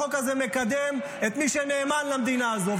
החוק הזה מקדם את מי שנאמן למדינה הזו.